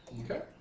Okay